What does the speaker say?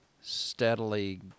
steadily